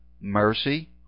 mercy